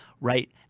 right